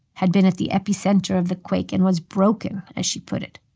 had been at the epicenter of the quake and was broken, as she put it.